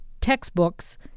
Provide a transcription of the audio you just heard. textbooks